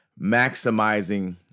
maximizing